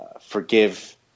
forgive